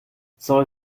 soll